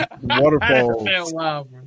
Waterfalls